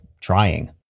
trying